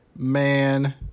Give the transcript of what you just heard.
Man